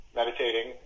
meditating